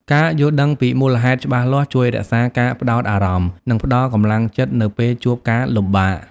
ការយល់ដឹងពីមូលហេតុច្បាស់លាស់ជួយរក្សាការផ្តោតអារម្មណ៍ និងផ្តល់កម្លាំងចិត្តនៅពេលជួបការលំបាក។